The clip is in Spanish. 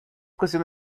cuestión